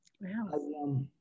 Wow